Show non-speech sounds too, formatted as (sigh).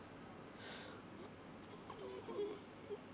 (breath) uh uh uh uh uh